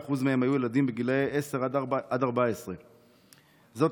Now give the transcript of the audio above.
56% מהם היו ילדים בגילי 10 14. זאת,